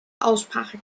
aussprache